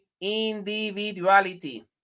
individuality